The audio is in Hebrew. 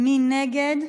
ומי נגד?